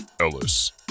Ellis